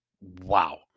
wow